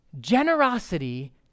generosity